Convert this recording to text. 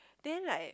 then like